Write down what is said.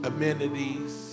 Amenities